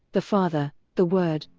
the father, the word,